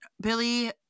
billy